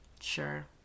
Sure